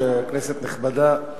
נכבדה,